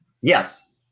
Yes